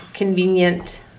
Convenient